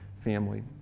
family